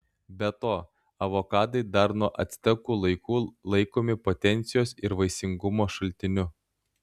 be to avokadai dar nuo actekų laikų laikomi potencijos ir vaisingumo šaltiniu